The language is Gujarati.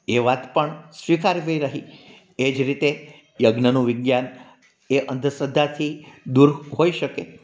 એ વાત પણ સ્વીકારવી રહી એ જ રીતે યજ્ઞનું વિજ્ઞાન એ અંધશ્રદ્ધાથી દૂર હોઈ શકે